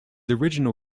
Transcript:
original